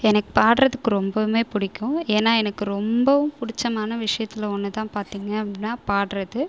எனக்கு பாடுறதுக்கு ரொம்பவுமே பிடிக்கும் ஏன்னா எனக்கு ரொம்பவும் பிடிச்சமான விஷயத்துல ஒன்று தான் பார்த்தீங்க அப்படினா பாடுகிறது